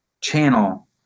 channel